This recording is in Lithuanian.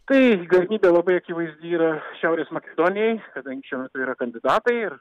taip galimybė labai akivaizdi yra šiaurės makedonijai kadangi šiuo metu yra kandidatai ir